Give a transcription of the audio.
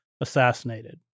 assassinated